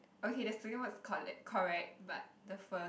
okay the second one is correct correct but the first